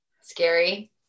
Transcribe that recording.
scary